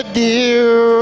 dear